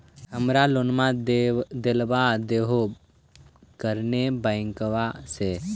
हमरा लोनवा देलवा देहो करने बैंकवा से?